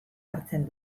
hartzen